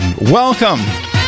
Welcome